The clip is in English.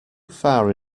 far